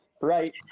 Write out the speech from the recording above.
right